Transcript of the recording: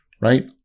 right